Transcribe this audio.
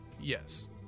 yes